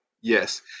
yes